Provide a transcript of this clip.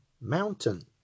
mountain